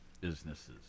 businesses